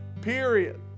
period